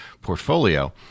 portfolio